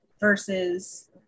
versus